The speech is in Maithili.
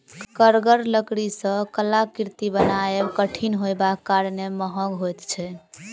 कड़गर लकड़ी सॅ कलाकृति बनायब कठिन होयबाक कारणेँ महग होइत छै